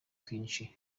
twinshi